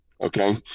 Okay